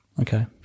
Okay